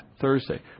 thursday